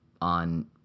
on